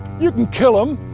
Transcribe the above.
you can kill them,